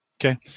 Okay